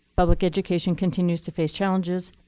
public education continues to face challenges.